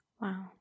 Wow